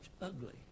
ugly